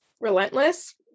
relentless